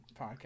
podcast